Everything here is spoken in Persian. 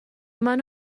منو